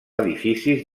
edificis